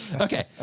Okay